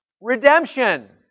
redemption